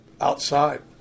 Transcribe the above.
outside